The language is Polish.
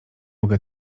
mogę